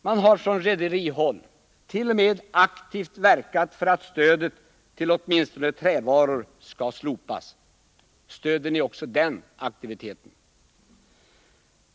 Man har från rederihåll t.o.m. aktivt verkat för att stödet för åtminstone trävaror skulle slopas. Jag vill fråga de socialdemokratiska debattörerna: Stöder ni också en sådan åtgärd?